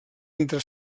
entre